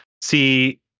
see